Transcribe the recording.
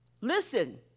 Listen